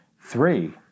three